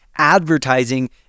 advertising